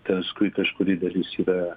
paskui kažkuri dalis yra